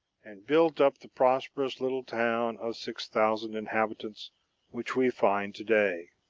and built up the prosperous little town of six thousand inhabitants which we find to-day.